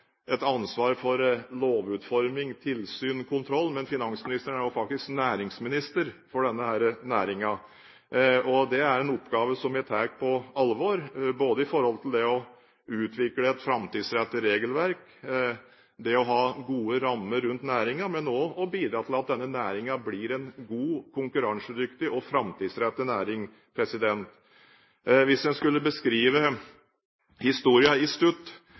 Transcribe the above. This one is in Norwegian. et ansvar for lovutforming, tilsyn og kontroll, men også er næringsminister for denne næringen. Det er en oppgave som jeg tar på alvor, med tanke på både det å utvikle et framtidsrettet regelverk og det å ha gode rammer rundt næringen, men også bidra til at denne næringen blir en god, konkurransedyktig og framtidsrettet næring. Hvis en skulle beskrive